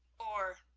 or,